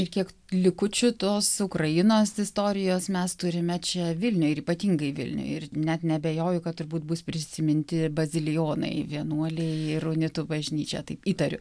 ir kiek likučių tos ukrainos istorijos mes turime čia vilniuj ir ypatingai vilniuj ir net neabejoju kad turbūt bus prisiminti ir bazilijonai vienuoliai ir unitų bažnyčia taip įtariu